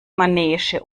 manege